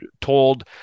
told